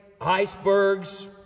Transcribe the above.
icebergs